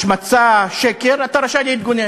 השמצה או שקר אתה רשאי להתגונן.